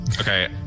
Okay